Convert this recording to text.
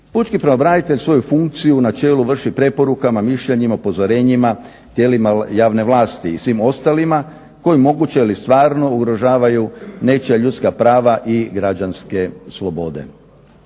Pučki pravobranitelj svoju funkciju u načelu vrši preporukama mišljenjima upozorenjima tijelima javne vlasti i svim ostalima koje je moguće ili stvarno ugrožavaju nečija ljudska prava i građanske slobode.